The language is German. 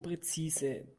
präzise